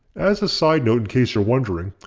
as a side note in case you're wondering,